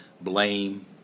blame